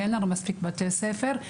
כי אין לנו מספיק בתי ספר.